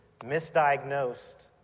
misdiagnosed